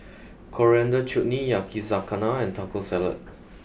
coriander Chutney Yakizakana and Taco Salad